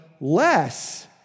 less